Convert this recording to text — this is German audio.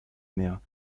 mehr